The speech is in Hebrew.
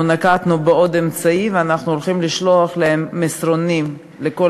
אנחנו נקטנו עוד אמצעי ואנחנו נשלח לכל המפקדים